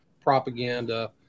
propaganda